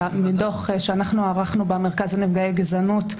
מדוח שערכנו במרכז לנפגעי גזענות,